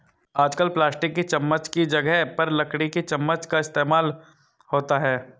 आजकल प्लास्टिक की चमच्च की जगह पर लकड़ी की चमच्च का इस्तेमाल होता है